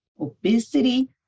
obesity